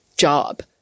Job